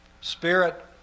Spirit